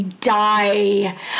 die